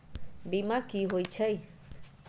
बीमा कि होई छई?